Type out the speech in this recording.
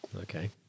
Okay